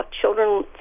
children